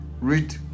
Read